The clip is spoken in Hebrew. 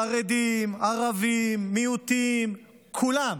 חרדים, ערבים, מיעוטים, כולם,